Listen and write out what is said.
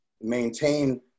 maintain